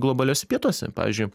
globaliuose pietuose pavyzdžiui